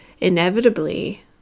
inevitably